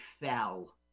fell